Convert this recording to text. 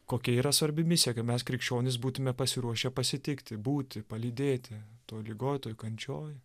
kokia yra svarbi misija kad mes krikščionys būtume pasiruošę pasitikti būti palydėti toj ligotoj kančioj